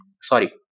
sorry